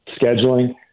scheduling